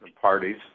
parties